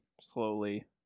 slowly